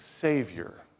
savior